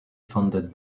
funded